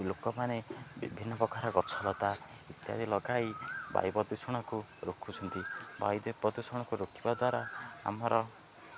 ଲୋକମାନେ ବିଭିନ୍ନ ପ୍ରକାର ଗଛଲତା ଇତ୍ୟାଦି ଲଗାଇ ବାୟୁ ପ୍ରଦୂଷଣକୁ ରଖୁଛନ୍ତି ବାୟୁ ପ୍ରଦୂଷଣକୁ ରୋକିବା ଦ୍ୱାରା ଆମର